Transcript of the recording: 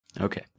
Okay